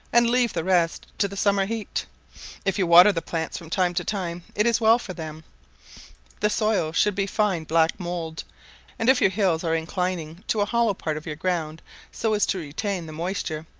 and leave the rest to the summer heat if you water the plants from time to time, it is well for them the soil should be fine black mould and if your hills are inclining to a hollow part of your ground so as to retain the moisture,